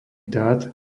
dát